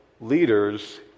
leaders